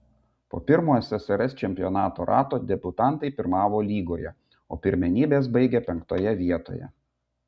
po pirmo ssrs čempionato rato debiutantai pirmavo lygoje o pirmenybes baigė penktoje vietoje